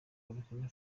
burkina